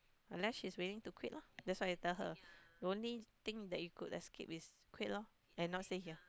unless she's willing to quit loh that's what I tell her the only thing that you could escape is quit loh and not stay here